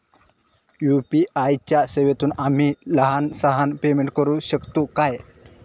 UPI च्या सेवेतून आम्ही लहान सहान पेमेंट करू शकतू काय?